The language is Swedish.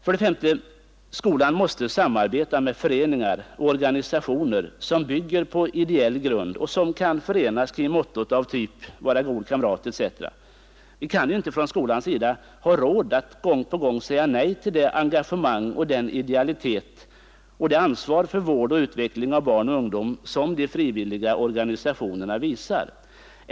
För det femte: Skolan måste samarbeta med föreningar och organisationer som bygger på ideell grund och som förenas kring motton av typen ”vara en god kamrat”. Vi kan inte från skolans sida ha råd att gång på gång säga nej till det engagemang, den idealitet och det ansvar för vården och utvecklingen av barn och ungdom, som de frivilliga organisationerna visar.